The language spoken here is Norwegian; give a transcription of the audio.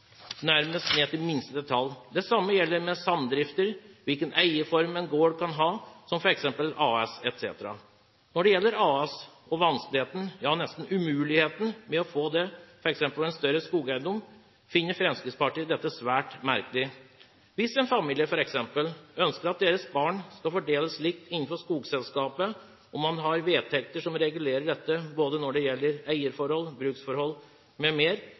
Det samme gjelder samdrifter, hvilken eieform en gård kan ha, som f.eks. AS. Vanskeligheten – ja nesten umuligheten – med å få AS for f.eks. en større skogeiendom finner Fremskrittspartiet svært merkelig. Hvis en familie f.eks. ønsker at skogselskapet skal fordeles likt mellom deres barn og man har vedtekter som regulerer eierforhold, bruksforhold m.m., burde dette